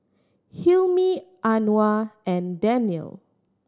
Hilmi Anuar and Daniel